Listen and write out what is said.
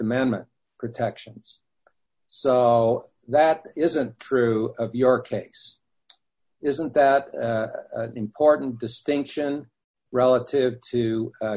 amendment protections so that isn't true your case isn't that important distinction relative to